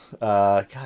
God